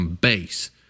base